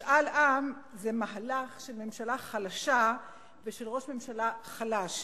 משאל עם זה מהלך של ממשלה חלשה ושל ראש ממשלה חלש.